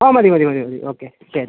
ആ മതി മതി മതി മതി ഓക്കെ ശരി